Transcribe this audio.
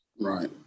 Right